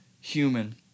human